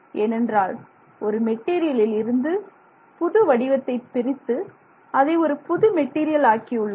ஏனென்றால் ஒரு மெட்டீரியலில் இருந்து புது வடிவத்தை பிரித்து அதை ஒரு புது மெட்டீரியல் ஆக்கியுள்ளனர்